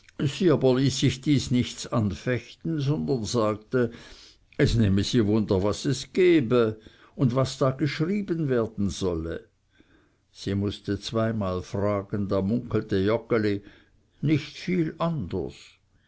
aber ließ sich dies nicht anfechten sondern sagte es nehme sie wunder was es gebe und was da geschrieben werden solle sie mußte zweimal fragen da munkelte joggeli nicht viel anders